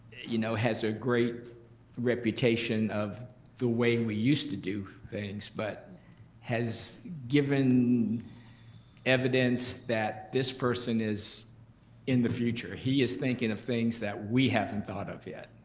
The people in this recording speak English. you know has a great reputation of the way we used to do things, but has given evidence that this person is in the future. he is thinking of things that we haven't thought of yet.